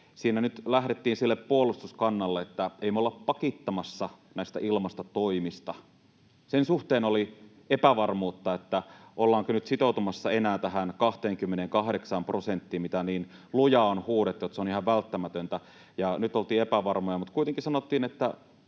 siinä nyt lähdettiin sille puolustuskannalle, että ”ei me olla pakittamassa näistä ilmastotoimista”. Sen suhteen oli epävarmuutta, ollaanko nyt sitoutumassa enää tähän 28 prosenttiin, mistä niin lujaa on huudettu, että se on ihan välttämätöntä, ja nyt oltiin epävarmoja mutta kuitenkin sanottiin, että